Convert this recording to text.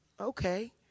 okay